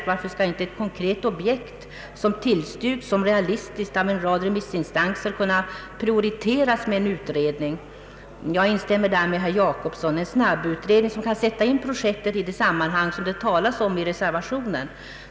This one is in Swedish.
Varför skall inte ett konkret objekt, som tillstyrkts såsom realistiskt av en rad remissinstanser, kunna prioriteras med en utredning. Jag instämmer här med herr Per Jacobsson. En snabbutredning skulle kunna sätta in projektet i det sammanhang som det talas om i reservationen.